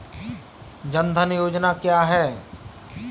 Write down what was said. जनधन योजना क्या है?